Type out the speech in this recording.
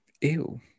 Ew